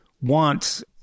want